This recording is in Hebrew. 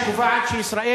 שקובעת שישראל